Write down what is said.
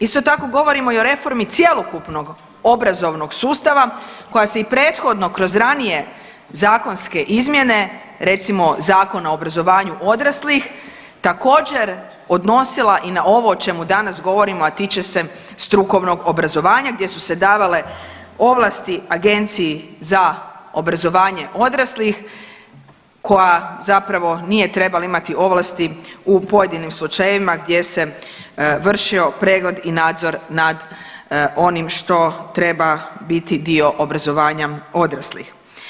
Isto tako govorimo i o reformi cjelokupnog obrazovnog sustava koja se i prethodno kroz ranije zakonske izmjene recimo Zakona o obrazovanju odraslih također odnosila i na ovo o čemu danas govorimo, a tiče strukovnog obrazovanja gdje su se davale ovlasti Agenciji za obrazovanje odraslih koja zapravo nije trebala imati ovlasti u pojedinim slučajevima gdje se vršio pregled i nadzor nad onim što treba biti dio obrazovanja odraslih.